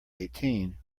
eighteen